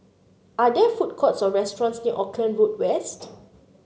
are there food courts or restaurants near Auckland Road West